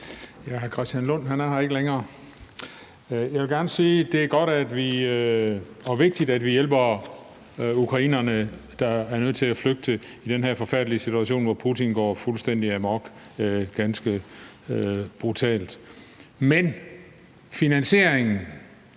Jeg vil gerne sige, at det er godt og vigtigt, at vi hjælper ukrainerne, der er nødt til at flygte i den her forfærdelige situation, hvor Putin går fuldstændig amok, ganske brutalt. Men finansieringen